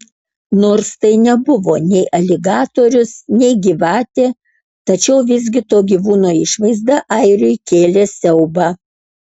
nors tai nebuvo nei aligatorius nei gyvatė tačiau visgi to gyvūno išvaizda airiui kėlė siaubą